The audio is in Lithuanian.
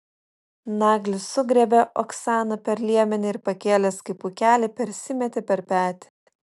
naglis sugriebė oksaną per liemenį ir pakėlęs kaip pūkelį persimetė per petį